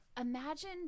imagine